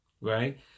right